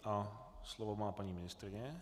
A slovo má paní ministryně.